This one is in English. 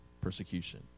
persecution